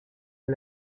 est